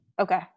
Okay